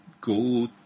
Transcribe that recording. go